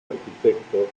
arquitecto